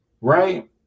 Right